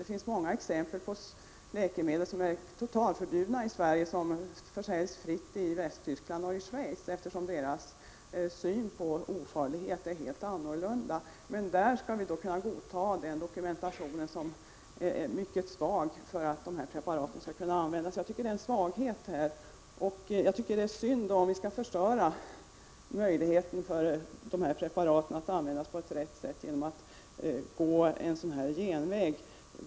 Det finns många exempel på att läkemedel som är totalförbjudna i Sverige försäljs fritt i Västtyskland och Schweiz, eftersom synen på ofarlighet där är en helt annan. Men här skall vi då godta deras dokumentation, som är mycket svag, för att preparaten kan användas. Jag tycker det är en svaghet. Jag tycker det är synd om vi förstör möjligheten att använda de här preparaten på ett riktigt sätt genom att gå en sådan här genväg.